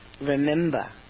remember